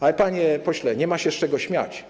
Ale, panie pośle, nie ma się z czego śmiać.